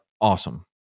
awesome